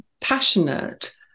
passionate